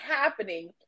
happening